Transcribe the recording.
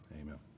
Amen